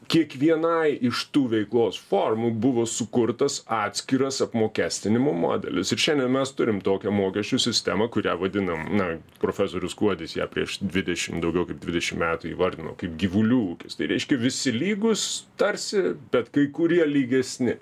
kiekvienai iš tų veiklos formų buvo sukurtas atskiras apmokestinimo modelis ir šiandien mes turim tokią mokesčių sistemą kurią vadinam na profesorius kuodis ją prieš dvidešim daugiau kaip dvidešim metų įvardino kaip gyvulių ūkis tai reiškia visi lygūs tarsi bet kai kurie lygesni